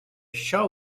show